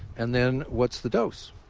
and then, what's the dose?